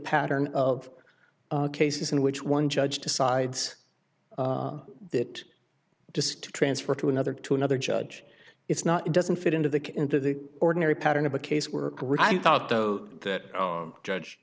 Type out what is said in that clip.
pattern of cases in which one judge decides it just to transfer to another to another judge it's not it doesn't fit into the kit into the ordinary pattern of a caseworker thought though that judge